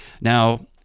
now